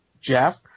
Jeff